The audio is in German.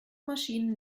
maschinen